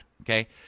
Okay